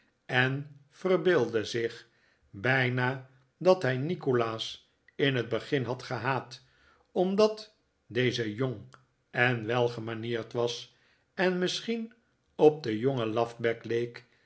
en verbeeldde zich bijna dat hij nikolaas in het begin had gehaat omdat deze jong en welgemanierd was en misschien op den jongen lafbek leek